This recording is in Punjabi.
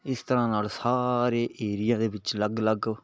ਇਸ ਤਰ੍ਹਾਂ ਨਾਲ ਸਾਰੇ ਏਰੀਆ ਦੇ ਵਿੱਚ ਅਲੱਗ ਅਲੱਗ